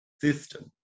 system